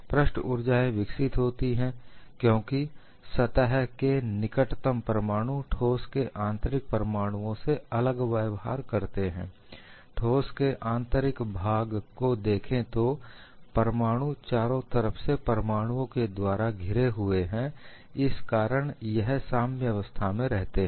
पृष्ठ ऊर्जाएं विकसित होती हैं क्योंकि सतह के निकटतम परमाणु ठोस के आंतरिक परमाणुओं से अलग व्यवहार करते हैं ठोस के आंतरिक भाग को देखें तो परमाणु चारों तरफ से परमाणुओं के द्वारा घिरे हुए हैं इस कारण यह साम्यावस्था में रहते हैं